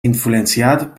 influenciat